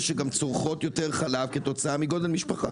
שגם צורכות יותר חלב כתוצאה מגודל משפחה.